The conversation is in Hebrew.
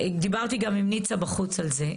דיברתי גם עם ניצה בחוץ על זה.